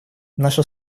наша